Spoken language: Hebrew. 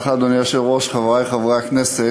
תודה לך, אדוני היושב-ראש, חברי חברי הכנסת,